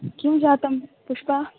किं जातं पुष्पा